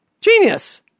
Genius